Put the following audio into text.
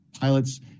pilots